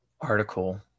article